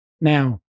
now